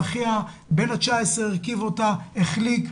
שאחיה בן ה-19 הרכיב אותה והחליק,